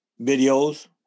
videos